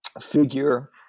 figure